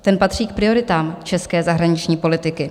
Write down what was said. Ten patří k prioritám české zahraniční politiky.